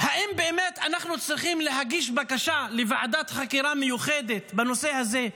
האם באמת אנחנו צריכים להגיש בקשה לוועדת חקירה מיוחדת בנושא הזה,